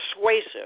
persuasive